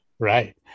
Right